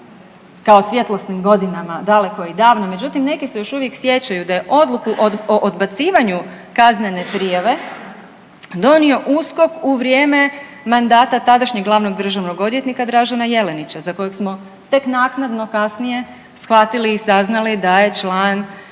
kao svjetlosnim godinama daleko i davno, međutim neki se još uvijek sjećaju da je odluku o odbacivanju kaznene prijave donio USKOK u vrijeme mandata tadašnjeg glavnog državnog odvjetnika Dražena Jelenića za kojeg smo tek naknadno kasnije shvatili i saznali da je član